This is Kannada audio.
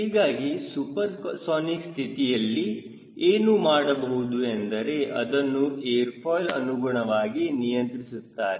ಹೀಗಾಗಿ ಸೂಪರ್ಸೋನಿಕ್ ಸ್ಥಿತಿಯಲ್ಲಿ ಏನು ಮಾಡಬಹುದು ಅಂದರೆ ಅದನ್ನು ಏರ್ ಫಾಯ್ಲ್ಅನುಗುಣವಾಗಿ ನಿಯಂತ್ರಿಸುತ್ತಾರೆ